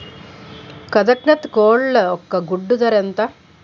కదక్నత్ కోళ్ల ఒక గుడ్డు ధర ఎంత?